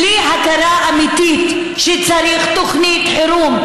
בלי הכרה אמיתית שצריך תוכנית חירום,